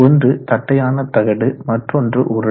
ஒன்று தட்டையான தகடு மற்றோன்று உருளை